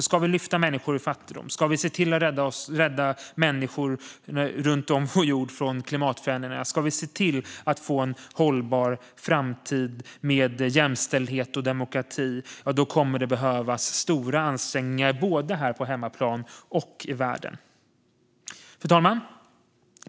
Ska vi lyfta människor ur fattigdom och se till att rädda människor runt om på vår jord från klimatförändringarna och få en hållbar framtid med jämställdhet och demokrati kommer det att behövas stora ansträngningar, både här på hemmaplan och i världen. Fru talman!